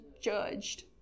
judged